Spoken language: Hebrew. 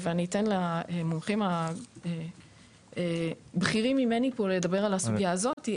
אני אתן למומחים הבכירים ממני פה לדבר על הסוגיה הזו.